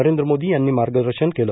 नरेंद्र मोदी यांनी मार्गदर्शन केलं